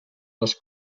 les